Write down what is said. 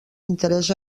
interès